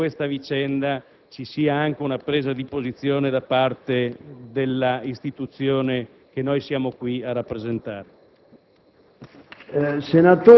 e per fare in modo che su questa vicenda ci sia anche una presa di posizione da parte dell'Istituzione che siamo qui a rappresentare.